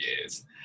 years